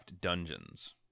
Dungeons